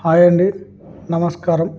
hi అండి నమస్కారం